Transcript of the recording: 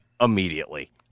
immediately